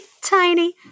tiny